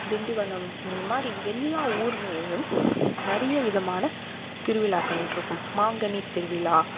திண்டிவனம் இந்த மாதிரி எல்லா ஊர்களிலும் நிறைய விதமான திருவிழாக்கள் இருக்கும் மாங்கனி திருவிழா